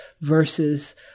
versus